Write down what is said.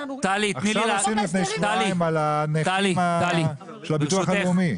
עכשיו עשינו לפני שבועיים על הנכים של הביטוח לאומי.